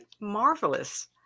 marvelous